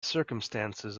circumstances